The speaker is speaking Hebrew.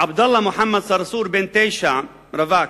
עבדאללה מוחמד צרצור, בן 9, רווק,